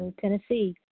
Tennessee